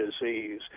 disease